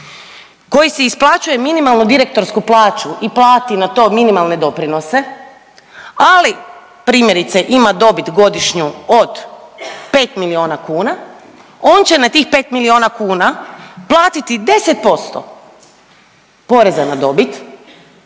koji si isplaćuje minimalnu direktorsku plaću i plati na to minimalne doprinose, ali primjerice ima dobit godišnju od 5 miliona kuna on će na tih 5 miliona kuna platiti 10% poreza na dobit